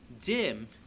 dim